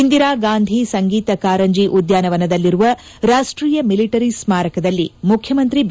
ಇಂದಿರಾ ಗಾಂಧಿ ಸಂಗೀತ ಕಾರಂಜಿ ಉದ್ಯಾನವನದಲ್ಲಿರುವ ರಾಷ್ಟೀಯ ಮಿಲಿಟರಿ ಸ್ಥಾರಕದಲ್ಲಿ ಮುಖ್ಯಮಂತ್ರಿ ಬಿ